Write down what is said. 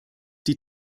die